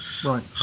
Right